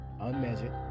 unmeasured